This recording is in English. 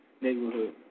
neighborhood